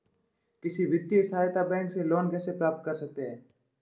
किसान वित्तीय सहायता बैंक से लोंन कैसे प्राप्त करते हैं?